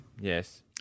Yes